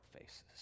faces